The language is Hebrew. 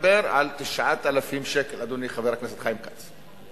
מדבר על 9,000 שקל, אדוני חבר הכנסת חיים כץ.